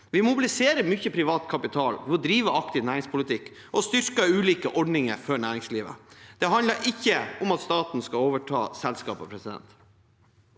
Vi mobiliserer mye privat kapital ved å drive aktiv næringspolitikk og styrke ulike ordninger for næringslivet. Det handler ikke om at staten skal overta selskaper. Med